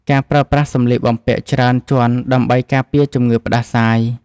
ការប្រើប្រាស់សម្លៀកបំពាក់ច្រើនជាន់ដើម្បីការពារជំងឺផ្ដាសាយ។